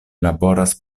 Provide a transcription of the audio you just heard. laboras